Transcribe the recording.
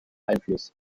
einfluss